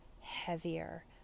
heavier